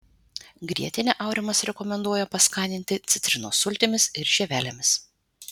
grietinę aurimas rekomenduoja paskaninti citrinos sultimis ir žievelėmis